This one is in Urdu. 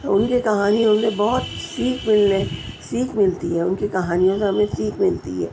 ان کی کہانیوں میں بہت سیکھ ملی ہے سیکھ ملتی ہے ان کی کہانیوں میں ہمیں سیکھ ملتی ہے